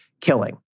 killing